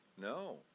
no